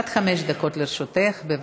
עד חמש דקות לרשותך, בבקשה.